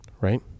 Right